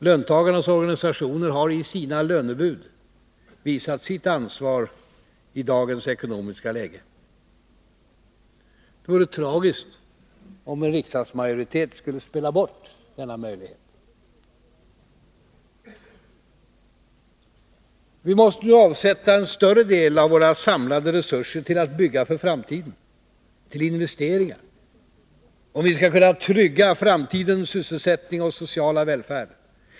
Löntagarnas organisationer har i sina lönebud visat sitt ansvar i dagens ekonomiska läge. Det vore tragiskt om en riksdagsmajoritet skulle spela bort denna möjlighet. Vi måste nu avsätta en större del av våra samlade resurser till att bygga för framtiden — till investeringar — om vi skall kunna trygga framtidens sysselsättning och sociala välfärd.